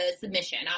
submission